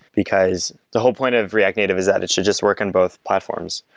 because the whole point of react native is that it should just work in both platforms.